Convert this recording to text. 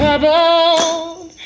Troubled